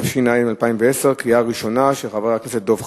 התש"ע 2010, של חברי הכנסת דב חנין,